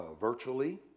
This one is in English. virtually